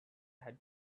had